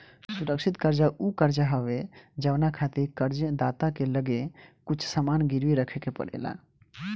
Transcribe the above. सुरक्षित कर्जा उ कर्जा हवे जवना खातिर कर्ज दाता के लगे कुछ सामान गिरवी रखे के पड़ेला